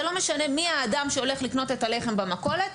זה לא משנה מי האדם שהולך לקנות את הלחם במכולת,